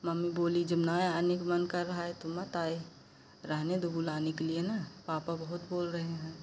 mummy बोली जब ना आने का मन कर रहा है तो मत आए रहने दो बुलाने के लिए ना पापा बहुत बोल रहे हैं